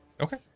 Okay